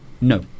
No